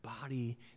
body